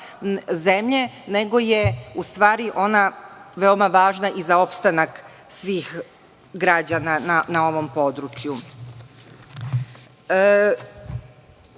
zemlje, nego je ona veoma važna i za opstanak svih građana na ovom području. Koliko